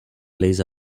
plays